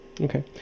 Okay